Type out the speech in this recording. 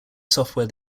software